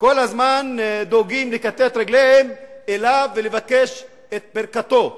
כל הזמן דואגים לכתת רגליהם אליו ולבקש את ברכתו,